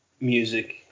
music